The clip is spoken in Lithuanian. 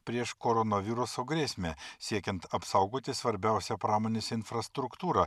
prieš koronaviruso grėsmę siekiant apsaugoti svarbiausią pramonės infrastruktūrą